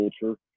culture